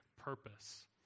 purpose